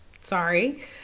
sorry